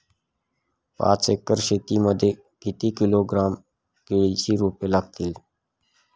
पाच एकर शेती मध्ये किती किलोग्रॅम केळीची रोपे लागतील?